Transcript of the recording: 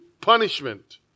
punishment